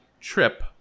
trip